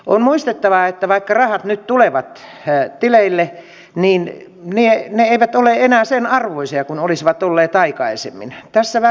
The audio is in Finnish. on muistettava että vaikka rahat nyt tulevat tileille niin ne eivät ole enää sen arvoisia kuin olisivat olleet aikaisemmin